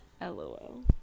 lol